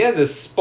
ya